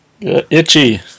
Itchy